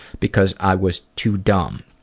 because i was too dumb.